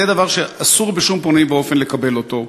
זה דבר שאסור בשום פנים ואופן לקבל אותו,